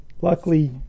Luckily